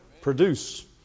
Produce